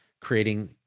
creating